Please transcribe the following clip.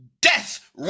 death